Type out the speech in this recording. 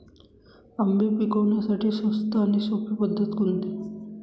आंबे पिकवण्यासाठी स्वस्त आणि सोपी पद्धत कोणती?